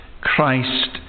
Christ